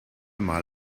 mal